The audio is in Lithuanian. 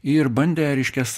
ir bandė reiškias